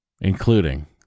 including